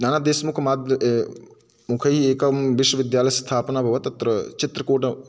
नाना देशमुखः माद्द् मुखैः एकं विश्वविद्यालयस्थापनं अभवत् तत्र चित्रकूटः